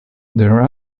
there